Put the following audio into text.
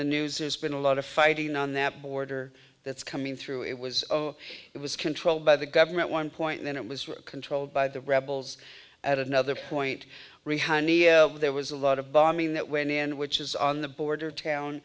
the news there's been a lot of fighting on that border that's coming through it was it was controlled by the government one point and it was controlled by the rebels at another point there was a lot of bombing that went in which is on the border town